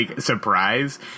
surprise